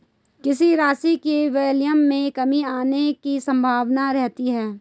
किसी राशि के वैल्यू में कमी आने की संभावना रहती है